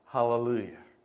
Hallelujah